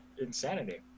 insanity